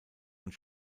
und